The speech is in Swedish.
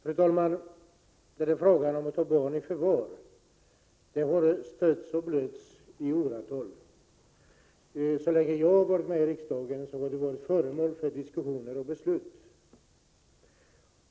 Fru talman! Frågan om att ta barn i förvar har stötts och blötts i åratal. Så länge som jag har varit med i riksdagen har den varit föremål för diskussioner och beslut.